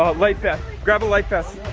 ah life vest? grab a life vest,